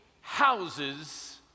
houses